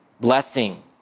blessing